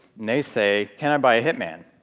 they say, can i buy a hitman?